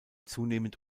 zunehmend